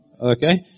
Okay